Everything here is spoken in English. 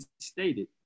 stated